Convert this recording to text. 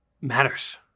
matters